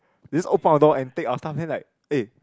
they just open our door and take our stuff then like eh